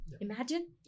Imagine